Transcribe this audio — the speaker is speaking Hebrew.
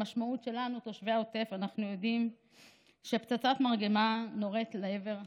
המשמעות היא שפצצת מרגמה נורית לעבר היישוב.